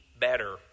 better